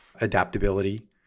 adaptability